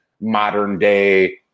modern-day